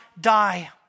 die